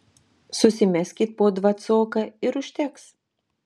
susimeskit po dvacoką ir užteks